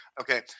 okay